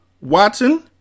Watson